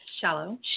shallow